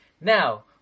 Now